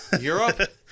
Europe